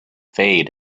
fade